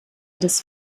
des